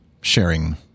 sharing